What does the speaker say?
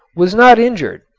was not injured,